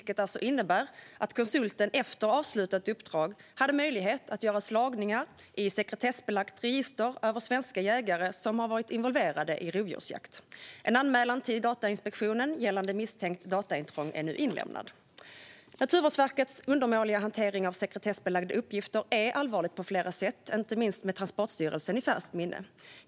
Konsulten hade alltså efter avslutat uppdrag möjlighet att göra slagningar i ett sekretessbelagt register över svenska jägare som varit involverade i rovdjursjakt. En anmälan till Datainspektionen gällande misstänkt dataintrång är nu inlämnad. Naturvårdsverkets undermåliga hantering av sekretessbelagda uppgifter är allvarlig på flera sätt, inte minst med Transportstyrelsen i färskt minne.